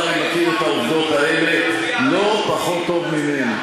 אתה הרי מכיר את העובדות האלה לא פחות טוב ממני.